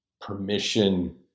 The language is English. permission